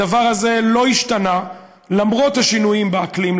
הדבר הזה לא השתנה למרות השינויים באקלים,